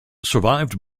survived